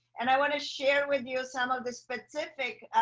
and i want to share with you some of the specific.